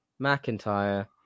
McIntyre